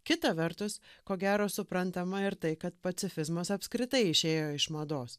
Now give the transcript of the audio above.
kita vertus ko gero suprantama ir tai kad pacifizmas apskritai išėjo iš mados